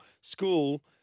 school